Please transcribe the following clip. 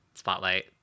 spotlight